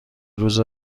روز